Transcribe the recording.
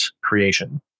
creation